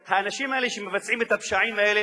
האנשים האלה שמבצעים את הפשעים האלה,